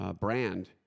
brand